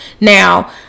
Now